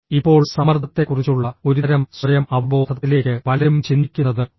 ഇപ്പോൾ സമ്മർദ്ദത്തെക്കുറിച്ചുള്ള ഒരുതരം സ്വയം അവബോധത്തിലേക്ക് പലരും ചിന്തിക്കുന്നത് ഓ